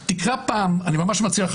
אני ממש מציע לך,